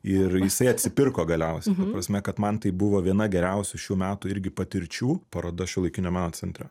ir jisai atsipirko galiausiai ta prasme kad man tai buvo viena geriausių šių metų irgi patirčių paroda šiuolaikinio meno centre